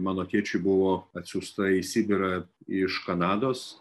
mano tėčiui buvo atsiųsta į sibirą iš kanados